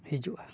ᱦᱤᱡᱩᱜᱼᱟ